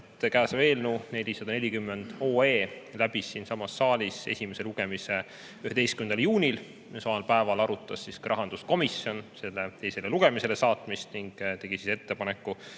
Käesolev eelnõu, 440 OE, läbis siinsamas saalis esimese lugemise 11. juunil. Samal päeval arutas rahanduskomisjon selle teisele lugemisele saatmist ning tegi ettepaneku